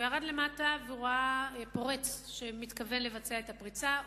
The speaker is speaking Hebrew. הוא ירד למטה וראה פורץ שמתכוון לבצע פריצה.